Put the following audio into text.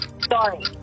Sorry